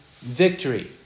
victory